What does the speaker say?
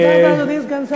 תודה רבה, אדוני סגן השר.